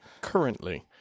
currently